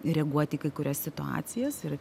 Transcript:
reaguoti į kai kurias situacijas ir